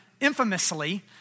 infamously